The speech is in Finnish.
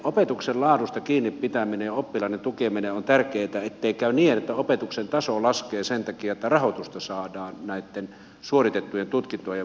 opetuksen laadusta kiinnipitäminen ja oppilaiden tukeminen on tärkeätä ettei käy niin että opetuksen taso laskee sen takia että rahoitusta saadaan näitten suoritettujen tutkintojen mukaan